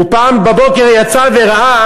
הוא פעם בבוקר יצא וראה